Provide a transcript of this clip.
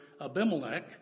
Abimelech